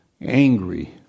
angry